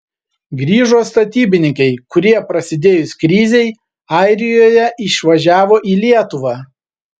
grįžo statybininkai kurie prasidėjus krizei airijoje išvažiavo į lietuvą